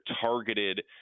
targeted